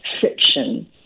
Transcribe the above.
fiction